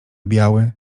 biały